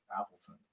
Appleton